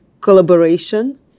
collaboration